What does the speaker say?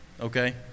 Okay